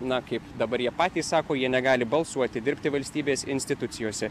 na kaip dabar jie patys sako jie negali balsuoti dirbti valstybės institucijose